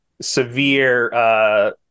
severe